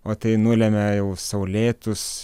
o tai nulemia jau saulėtus